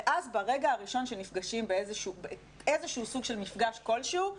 ואז ברגע הראשון שנפגשים באיזשהו סוג של מפגש כלשהו,